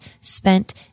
spent